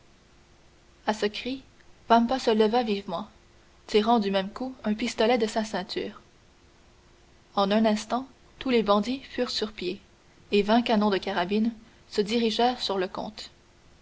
à ce cri vampa se leva vivement tirant du même coup un pistolet de sa ceinture en un instant tous les bandits furent sur pied et vingt canons de carabine se dirigèrent sur le comte